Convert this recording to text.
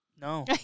No